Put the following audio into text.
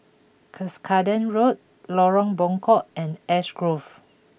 Cuscaden Road Lorong Buangkok and Ash Grove